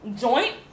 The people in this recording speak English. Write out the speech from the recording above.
Joint